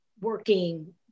working